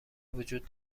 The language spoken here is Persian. وجود